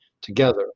together